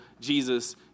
Jesus